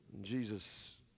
Jesus